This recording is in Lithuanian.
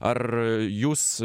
ar jūs